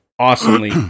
awesomely